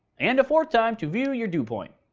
and a fourth time to view you dew point.